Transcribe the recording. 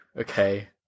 Okay